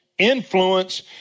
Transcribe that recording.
influence